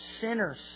sinners